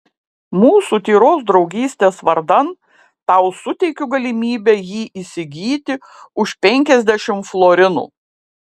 mūsų tyros draugystės vardan tau suteikiu galimybę jį įsigyti už penkiasdešimt florinų